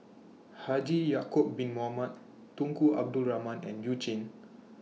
Haji Ya'Acob Bin Mohamed Tunku Abdul Rahman and YOU Jin